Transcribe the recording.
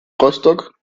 rostock